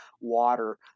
water